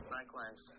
Likewise